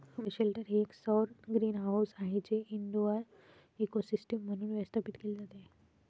bioshelter हे एक सौर ग्रीनहाऊस आहे जे इनडोअर इकोसिस्टम म्हणून व्यवस्थापित केले जाते